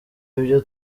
ibyo